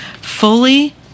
fully